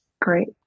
Great